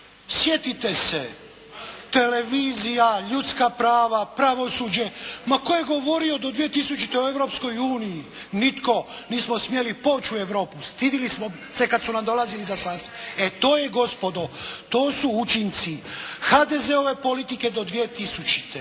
sjetite se, televizija, ljudska prava, pravosuđe, ma tko je govorio do 2000. o Europskoj uniji? Nitko. Nismo smeli poć' u Europu. Stidili smo se kad su nam dolazili izaslanstva. E to je gospodo, to su učinci HDZ-ove politike do 2000.